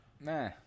Nah